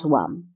one 。